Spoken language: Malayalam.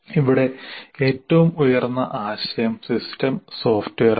ഇവിടെ ഏറ്റവും ഉയർന്ന ആശയം സിസ്റ്റം സോഫ്റ്റ്വെയറാണ്